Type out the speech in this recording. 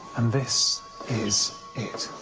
and this is it.